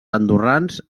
andorrans